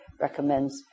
recommends